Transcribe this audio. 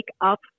up